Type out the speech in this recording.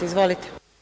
Izvolite.